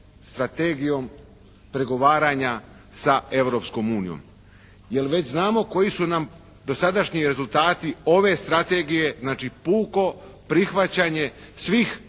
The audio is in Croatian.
strategijom pregovaranja sa Europskom unijom jer već znamo koji su nam dosadašnji rezultati ove strategije znači puko prihvaćanje svih